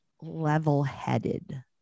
level-headed